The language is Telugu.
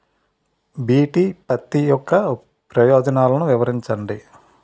బి.టి పత్తి యొక్క ప్రయోజనాలను వివరించండి?